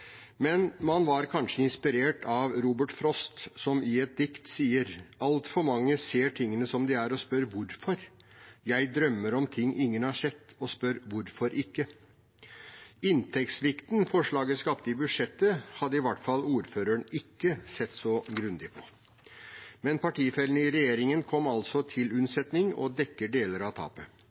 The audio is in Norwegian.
Men man var kanskje inspirert av Robert Frost, som i et dikt skriver: Altfor mange ser tingene som de er og spør seg hvorfor? Jeg drømmer om ting ingen har sett og spør: Hvorfor ikke? Inntektssvikten forslaget skapte i budsjettet, hadde i hvert fall ordføreren ikke sett så grundig på. Men partifellene i regjeringen kom altså til unnsetning og dekker deler av tapet.